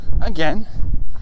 again